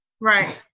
Right